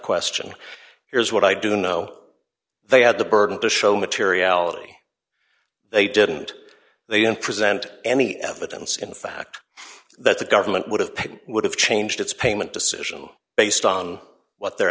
question here's what i do know they have the burden to show materiality they didn't they don't present any evidence in fact that the government would have paid would have changed its payment decision based on what their